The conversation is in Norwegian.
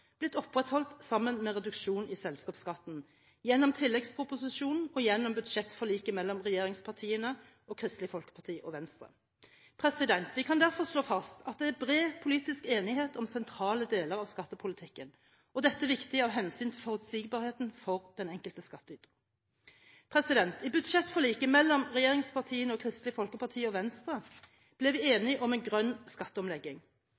blitt opprettholdt sammen med reduksjonen i selskapsskatten – gjennom tilleggsproposisjonen og gjennom budsjettforliket mellom regjeringspartiene, Kristelig Folkeparti og Venstre. Vi kan derfor slå fast at det er bred politisk enighet om sentrale deler av skattepolitikken – dette er viktig av hensyn til forutsigbarheten for den enkelte skattyter. I budsjettforliket mellom regjeringspartiene, Kristelig Folkeparti og Venstre ble vi enige om en grønn skatteomlegging.